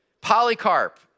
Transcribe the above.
Polycarp